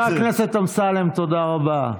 חבר הכנסת אמסלם, תודה רבה.